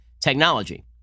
technology